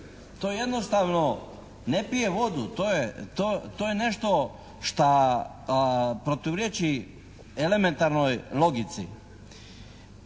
To jednostavno ne pije vodu, to je nešto šta proturječi elementarnoj logici.